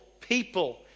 people